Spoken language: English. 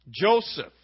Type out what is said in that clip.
Joseph